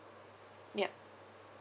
yup